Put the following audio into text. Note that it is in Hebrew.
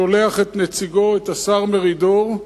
שולח את נציגו, השר מרידור,